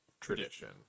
tradition